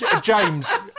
James